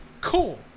Cool